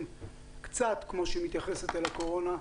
קצת כמו שהיא מתייחסת אל הקורונה,